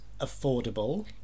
affordable